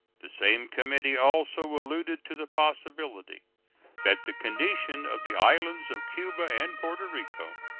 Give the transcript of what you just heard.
the same committee also alluded to the possibility that the condition of the islands of cuba and porto rico,